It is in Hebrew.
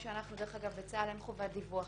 דרך אגב, בצה"ל אין חובת דיווח